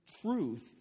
truth